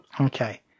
Okay